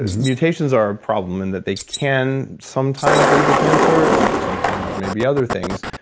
mutations are a problem in that they can sometimes lead to cancer, and sometimes maybe other things.